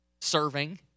serving